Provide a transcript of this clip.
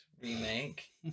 remake